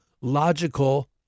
logical